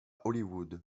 hollywood